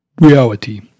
reality